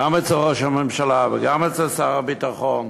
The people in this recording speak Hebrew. גם אצל ראש הממשלה, וגם אצל שר הביטחון.